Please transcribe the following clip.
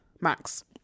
max